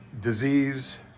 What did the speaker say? disease